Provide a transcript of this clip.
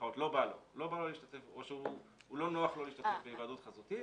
לו להשתתף או לא נוח לו להשתתף בוועדות חזותית,